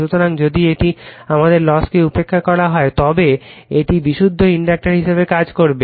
সুতরাং যদি এটি আমাদের লসকে উপেক্ষা করা হয় তবে এটি বিশুদ্ধ ইন্ডাক্টর হিসাবে কাজ করবে